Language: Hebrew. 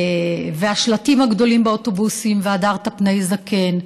והשלטים הגדולים באוטובוסים: "והדרת פני זקן",